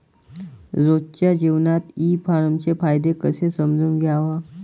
रोजच्या जीवनात ई कामर्सचे फायदे कसे समजून घ्याव?